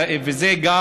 ואלה גם